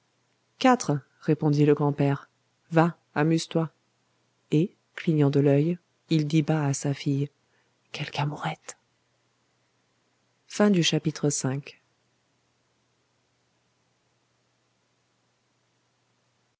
quatre répondit le grand-père va amuse-toi et clignant de l'oeil il dit bas à sa fille quelque amourette chapitre vi